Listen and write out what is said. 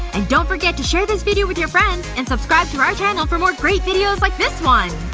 and don't forget to share this video with your friends and subscribe to our channel for more great videos like this one!